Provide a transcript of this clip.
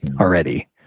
already